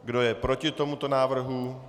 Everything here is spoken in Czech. Kdo je proti tomuto návrhu?